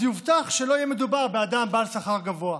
אז יובטח שלא יהיה מדובר באדם בעל שכר גבוה.